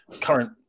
current